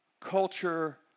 culture